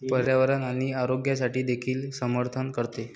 पर्यावरण आणि आरोग्यासाठी देखील समर्थन करते